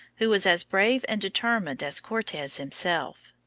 who was as brave and determined as cortes himself.